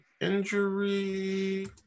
injury